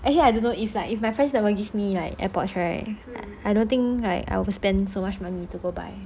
actually I don't know if like if my friends never give me like airpods right I don't think I will spend so much money to go buy